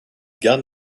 garde